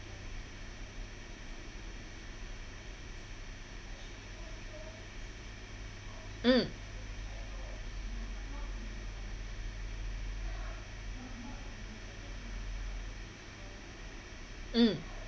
mm mm